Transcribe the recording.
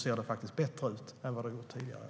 ser det faktiskt bättre ut under det här året än det har gjort tidigare.